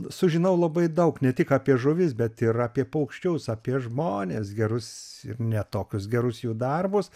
sužinau labai daug ne tik apie žuvis bet ir apie paukščius apie žmones gerus ne tokius gerus jų darbus